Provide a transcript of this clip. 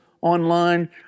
online